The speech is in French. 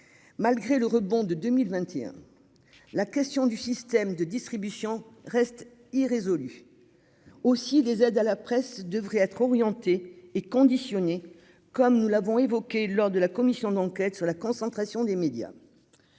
malgré le rebond de 2021, la question du système de distribution reste irrésolue aussi des aides à la presse devrait être orientés et conditionné comme nous l'avons évoqué lors de la commission d'enquête sur la concentration des médias,